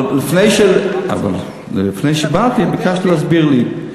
אבל לפני שבאת ביקשתי ממישהו להסביר לי,